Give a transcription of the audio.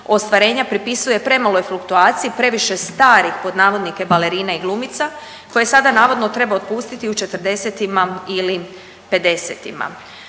ostvarenja pripisuje premaloj fluktuaciji, previše starih pod navodnike balerina i glumica koje sada navodno treba otpustiti u 40-ima ili